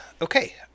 Okay